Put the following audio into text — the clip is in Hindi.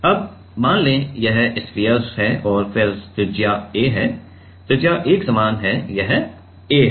अब मान लें कि यह स्फीयर है और फिर त्रिज्या a है त्रिज्या एक समान है यह a है